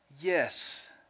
Yes